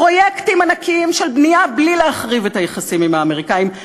פרויקטים ענקיים של בנייה בלי להחריב את היחסים עם האמריקנים,